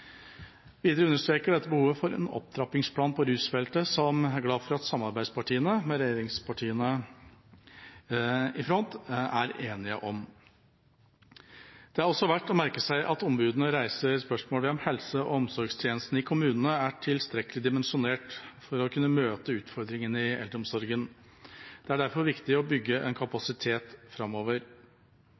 Videre understreker dette behovet for en opptrappingsplan på rusfeltet som jeg er glad for at samarbeidspartiene, med regjeringspartiene, i front er enige om. Det er også verdt å merke seg at ombudene reiser spørsmål ved om helse- og omsorgstjenestene i kommunene er tilstrekkelig dimensjonert for å kunne møte utfordringene i eldreomsorgen. Det er derfor viktig å bygge en kapasitet framover.